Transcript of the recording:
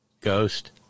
ghost